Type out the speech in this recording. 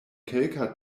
kelka